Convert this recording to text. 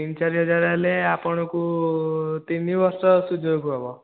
ତିନି ଚାରି ହଜାର ହେଲେ ଆପଣଙ୍କୁ ତିନି ବର୍ଷ ସୁଝିବାକୁ ହେବ